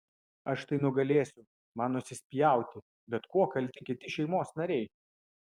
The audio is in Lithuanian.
aš tai nugalėsiu man nusispjauti bet kuo kalti kiti šeimos nariai